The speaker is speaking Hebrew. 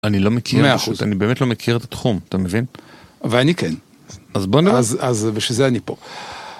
אני לא מכיר את התחום, אתה מבין? ואני כן. אז בוא נראה. אז בשביל זה אני פה.